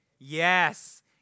Yes